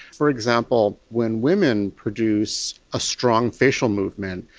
for example, when women produce a strong facial movement,